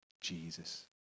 Jesus